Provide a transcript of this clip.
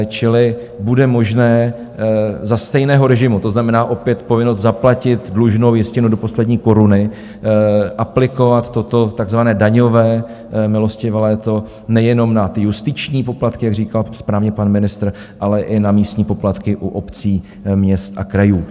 Čili bude možné za stejného režimu, to znamená opět povinnost zaplatit dlužnou jistinu do poslední koruny, aplikovat toto takzvané daňové milostivé léto nejenom na ty justiční poplatky, jak říkal správně pan ministr, ale i na místní poplatky u obcí, měst a krajů.